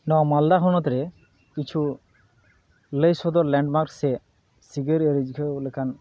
ᱱᱚᱣᱟ ᱢᱟᱞᱫᱟ ᱦᱚᱱᱚᱛᱨᱮ ᱠᱤᱪᱷᱩ ᱞᱟᱹᱭ ᱥᱚᱫᱚᱨ ᱞᱮᱱᱰᱢᱟᱨᱠ ᱥᱮ ᱥᱤᱜᱷᱟᱹᱨᱤᱭᱟᱹ ᱨᱤᱡᱽᱜᱷᱟᱹᱣ ᱞᱮᱠᱟᱱ